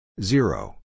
Zero